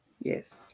Yes